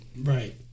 Right